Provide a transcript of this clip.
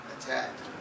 attacked